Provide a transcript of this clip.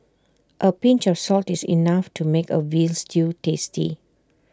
A pinch of salt is enough to make A Veal Stew tasty